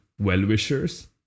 well-wishers